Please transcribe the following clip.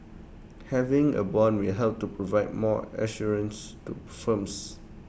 having A Bond may help to provide more assurance to firms